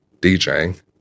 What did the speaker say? DJing